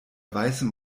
weißem